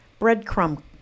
breadcrumb